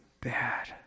bad